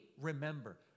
remember